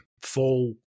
fall